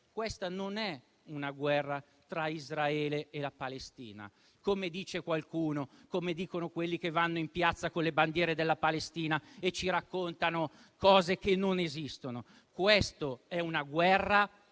Questa non è una guerra tra Israele e Palestina, come dice qualcuno, come dicono quelli che vanno in piazza con le bandiere della Palestina e ci raccontano cose che non esistono. Questa è una guerra